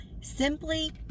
simply